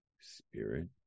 Spirit